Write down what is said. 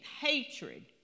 hatred